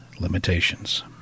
limitations